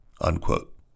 unquote